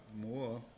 more